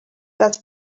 that